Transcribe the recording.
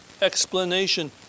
explanation